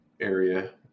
area